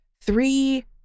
three